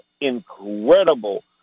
incredible